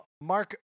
Mark